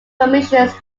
commissions